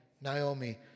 Naomi